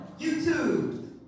YouTube